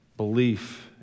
Belief